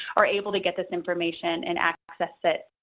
are able to get this information and access it